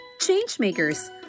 Changemakers